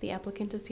the applicant